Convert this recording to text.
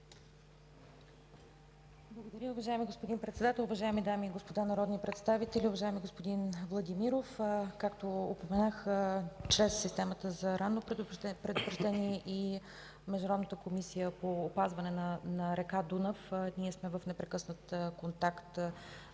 Благодаря, уважаеми господин Председател. Уважаеми дами и господа народни представители, уважаеми господин Владимиров! Както упоменах чрез Системата за ранно предупреждение и Международната комисия по опазване на река Дунав, ние сме в непрекъснат контакт